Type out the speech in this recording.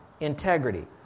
integrity